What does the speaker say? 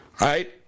right